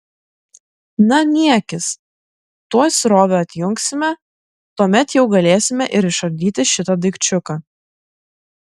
na niekis tuoj srovę atjungsime tuomet jau galėsime ir išardyti šitą daikčiuką